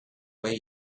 way